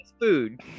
food